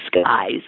skies